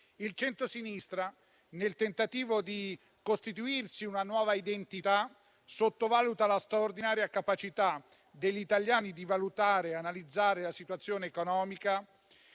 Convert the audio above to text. Il centrosinistra, nel tentativo di costituirsi una nuova identità, sottovaluta la straordinaria capacità degli italiani di valutare e analizzare la situazione economica